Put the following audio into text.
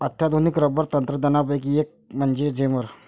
अत्याधुनिक रबर तंत्रज्ञानापैकी एक म्हणजे जेमर